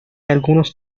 algunos